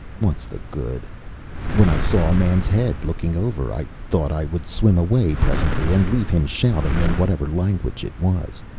what's the good when i saw a man's head looking over i thought i would swim away presently and leave him shouting in whatever language it was.